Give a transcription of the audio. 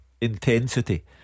intensity